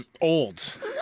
old